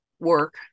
work